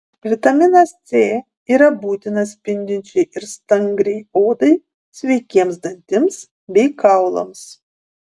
vitaminas c yra būtinas spindinčiai ir stangriai odai sveikiems dantims bei kaulams